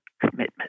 commitment